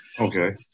Okay